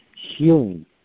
healing